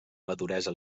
maduresa